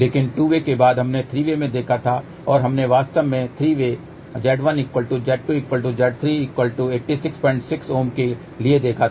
लेकिन two way के बाद हमने थ्री वे में देखा था और हमने वास्तव में थ्री वे Z1Z2Z3866 Ω के लिए देखा था